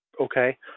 okay